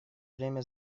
время